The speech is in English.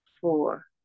four